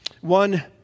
One